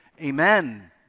Amen